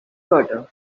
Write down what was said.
butter